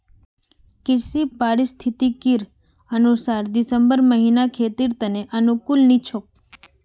कृषि पारिस्थितिकीर अनुसार दिसंबर महीना खेतीर त न अनुकूल नी छोक